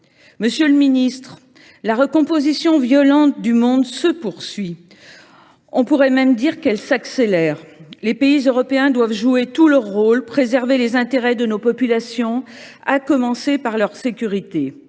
Monsieur le ministre, la recomposition violente du monde se poursuit ; on pourrait même soutenir qu’elle s’accélère. Les pays européens doivent jouer tout leur rôle et préserver les intérêts de nos populations – à commencer par leur sécurité